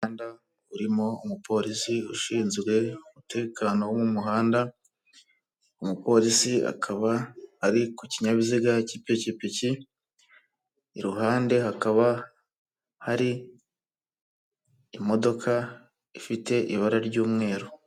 Umuhanda urimo umupolisi ushinzwe umutekano wo mu muhanda , umupolisi akaba ari ku kinyabiziga cy'ipikipiki, i ruhande hakaba imodoka ifite ibara ry'umweru.